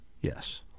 Yes